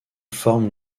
forment